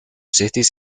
cities